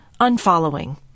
Unfollowing